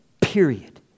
Period